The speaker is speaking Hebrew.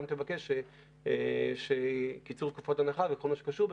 תבקש קיצור תקופות הנחה וכל מה שקשור בכך,